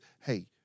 hey